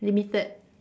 limited